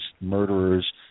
murderers